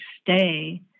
stay